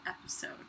episode